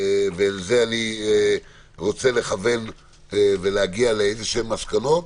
ואל זה אני רוצה לכוון ולהגיע למסקנות.